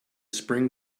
spring